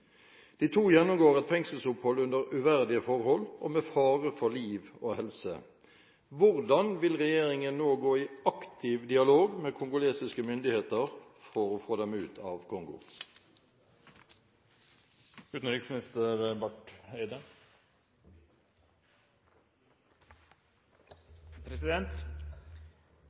De to gjennomgår et fengselsopphold under uverdige forhold, og med fare for liv og helse. Hvordan vil regjeringen nå gå i aktiv dialog med kongolesiske myndigheter for å få dem ut av